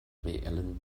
reellen